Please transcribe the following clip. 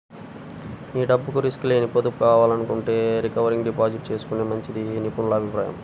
మీ డబ్బుకు రిస్క్ లేని పొదుపు కావాలనుకుంటే రికరింగ్ డిపాజిట్ చేసుకుంటే మంచిదని నిపుణుల అభిప్రాయం